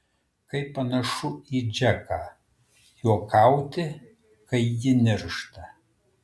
kaip panašu į džeką juokauti kai ji niršta